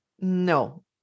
no